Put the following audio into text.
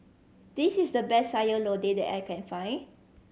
this is the best Sayur Lodeh that I can find